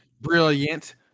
brilliant